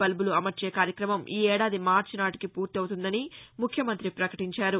బల్బులు అమర్చే కార్యక్రమం ఈ ఏడాది మార్చి నాటికి పూర్తి అవుతుందని ముఖ్యమంతి పకటించారు